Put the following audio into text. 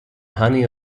honey